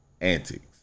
antics